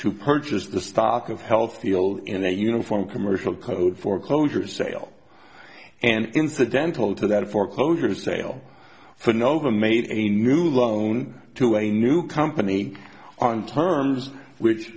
to purchase the stock of healthy all in a uniform commercial code foreclosure sale and incidental to that foreclosure sale for nova made a new loan to a new company on terms which